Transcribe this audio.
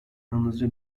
yalnızca